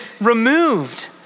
removed